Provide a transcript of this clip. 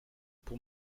pour